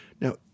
Now